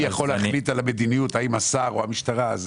אני ביקשתי את הדיון כי אמרתי שהמשטרה צריכה לשמור על האזרח,